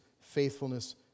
faithfulness